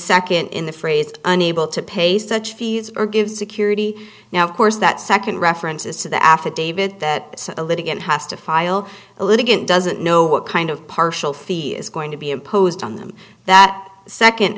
second in the phrase unable to pay such fees or give security now of course that second reference is to the affidavit that a litigant has to file a litigant doesn't know what kind of partial fee is going to be imposed on them that second